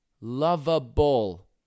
lovable